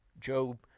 Job